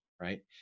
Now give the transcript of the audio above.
Right